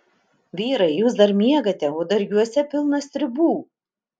vyrai jūs dar miegate o dargiuose pilna stribų